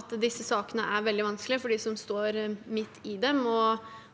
at disse sakene er veldig vanskelige for dem som står midt i dem,